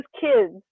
kids